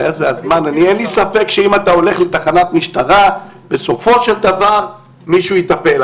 אין לי ספק שאם אתה הולך לתחנת משטרה בסופו של דבר מישהו יטפל,